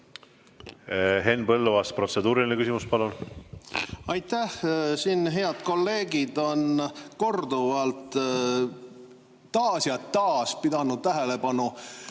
Henn Põlluaas, protseduuriline küsimus, palun! Aitäh! Siin head kolleegid on korduvalt, taas ja taas pidanud tähelepanu